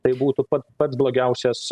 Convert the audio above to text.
tai būtų pat pats blogiausias